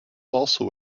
also